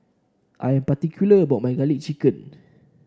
I am particular about my garlic chicken